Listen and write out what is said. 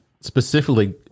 specifically